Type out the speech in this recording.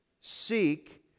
Seek